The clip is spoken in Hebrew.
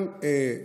גם בערכים,